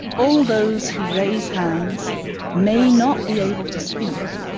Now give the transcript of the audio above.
all those who raise hands may not be able to speak,